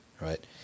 right